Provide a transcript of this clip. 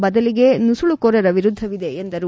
ಬದಲಿಗೆ ನುಸುಳುಕೋರರ ವಿರುದ್ದವಿದೆ ಎಂದರು